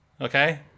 Okay